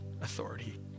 authority